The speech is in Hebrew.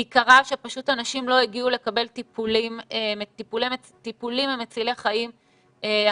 כי קרה שפשוט אנשים לא הגיעו לקבל טיפולים מצילי חיים אחרים,